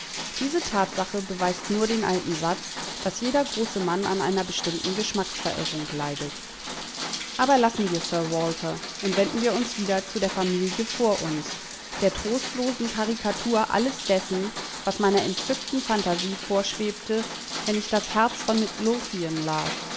diese tatsache beweist nur den alten satz daß jeder große mann an einer bestimmten geschmacksverirrung leidet aber lassen wir sir walter und wenden wir uns wieder zu der familie vor uns der trostlosen karikatur alles dessen was meiner entzückten phantasie vorschwebte wenn ich das herz von midlothian las